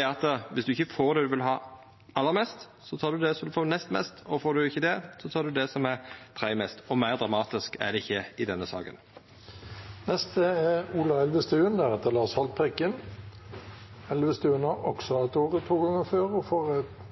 at viss du ikkje får det du aller mest vil ha, så tek du det som er nest best, og får du ikkje det, så tek du det som er tredje best. Og meir dramatisk er det ikkje i denne saka. Representanten Ola Elvestuen har også hatt ordet to ganger tidligere og får